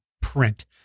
print